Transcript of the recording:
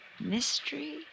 mystery